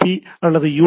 B அல்லது U